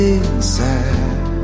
inside